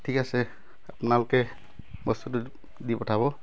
ঠিক আছে আপোনালোকে বস্তুটো দি পঠাব